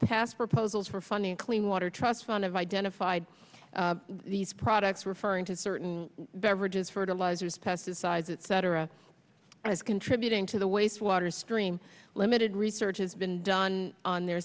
past proposals for funding a clean water trust fund of identified these products referring to certain beverages fertilizers pesticides that cetera as contributing to the wastewater stream limited research has been done on their